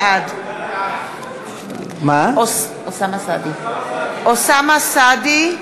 בעד אוסאמה סעדי,